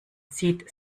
zieht